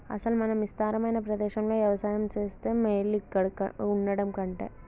అసలు మనం ఇస్తారమైన ప్రదేశంలో యవసాయం సేస్తే మేలు ఇక్కడ వుండటం కంటె